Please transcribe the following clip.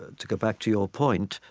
to go back to your point,